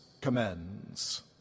commends